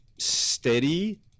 steady